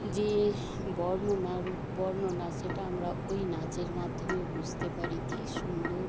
যে বর্ণনা রূপ বর্ণনা সেটা আমরা ওই নাচের মাধ্যমে বুঝতে পারি কী সুন্দর